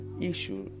issue